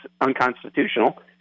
unconstitutional